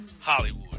Hollywood